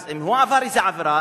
אז אם הוא עבר איזה עבירה,